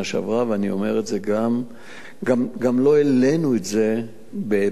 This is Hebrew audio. גם לא העלינו את זה בדיונים,